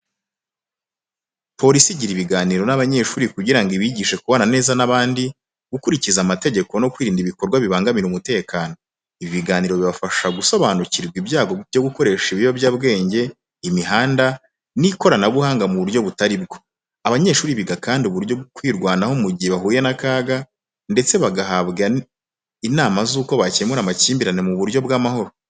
Polisi igira ibiganiro n’abanyeshuri kugira ngo ibigishe kubana neza n’abandi, gukurikiza amategeko no kwirinda ibikorwa bibangamira umutekano. Ibi biganiro bibafasha gusobanukirwa ibyago byo gukoresha ibiyobyabwenge, imihanda, n’ikoranabuhanga mu buryo butari bwo. Abanyeshuri biga kandi uburyo bwo kwirwanaho mu gihe bahuye n’akaga, ndetse bagahabwa inama z’uko bakemura amakimbirane mu buryo bw’amahoro.